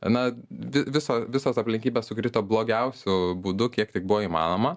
na viso visos aplinkybės sukrito blogiausiu būdu kiek tik buvo įmanoma